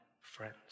friends